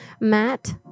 Matt